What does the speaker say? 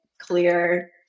clear